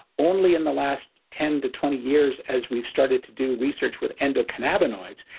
only in the last ten to twenty years as we've started to do research with endocannabinoids,